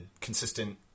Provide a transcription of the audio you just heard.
consistent